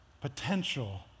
potential